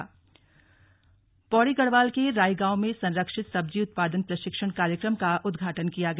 slug उदघाटन पौड़ी पौड़ी गढ़वाल के रांई गांव में संरक्षित सब्जी उत्पादन प्रशिक्षण कार्यक्रम का उद्घाटन किया गया